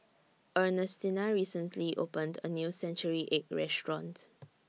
Ernestina recently opened A New Century Egg Restaurant